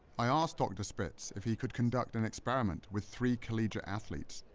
i asked dr. spitz if he could conduct an experiment with three collegiate athletes,